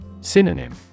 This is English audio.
Synonym